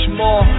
more